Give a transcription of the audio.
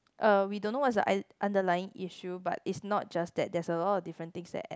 uh we don't know what's the u~ underlying issue but it's not just that there's a lot of different things that add